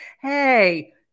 Hey